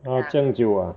ah 这样久 ah